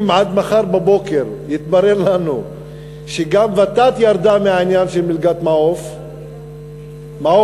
אם עד מחר בבוקר יתברר לנו שגם ות"ת ירדה מהעניין של "מלגת מעוף" לא,